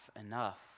enough